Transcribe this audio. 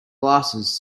glasses